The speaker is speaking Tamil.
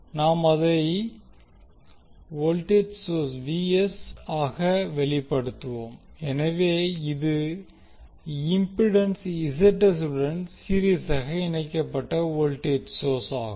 நாம் அதை Vs ஆக வெளிப்படுத்துவோம் எனவே இது இம்பிடென்ஸ் Zs உடன் சீரிஸாக இணைக்கப்பட்ட வோல்டேஜ் சோர்ஸ் ஆகும்